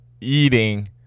eating